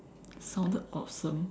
sounded awesome